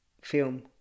film